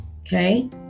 Okay